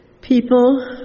People